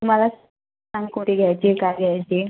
तुम्हाला सांगते कोणती घ्यायची काय घ्यायची